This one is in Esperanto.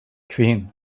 kvin